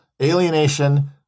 Alienation